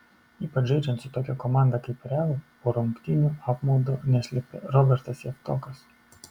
ypač žaidžiant su tokia komanda kaip real po rungtynių apmaudo neslėpė robertas javtokas